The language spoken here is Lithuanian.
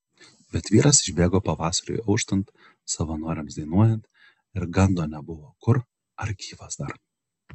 bet vyras išbėgo pavasariui auštant savanoriams dainuojant ir gando nebuvo kur ar gyvas dar